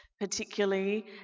particularly